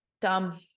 dumb